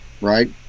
right